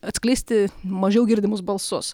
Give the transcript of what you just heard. atskleisti mažiau girdimus balsus